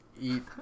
eat